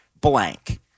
blank